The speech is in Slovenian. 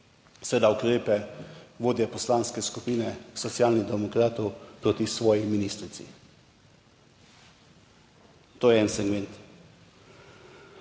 seveda ukrepe vodje Poslanske skupine Socialnih demokratov proti svoji ministrici. To je en segment.